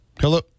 Hello